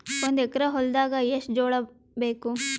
ಒಂದು ಎಕರ ಹೊಲದಾಗ ಎಷ್ಟು ಜೋಳಾಬೇಕು?